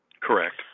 Correct